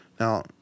Now